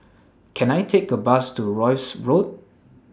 Can I Take A Bus to Rosyth Road